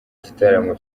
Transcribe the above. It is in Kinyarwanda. gitaramo